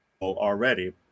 already